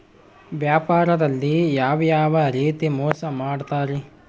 ವ್ಯಾಪಾರದಲ್ಲಿ ಯಾವ್ಯಾವ ರೇತಿ ಮೋಸ ಮಾಡ್ತಾರ್ರಿ?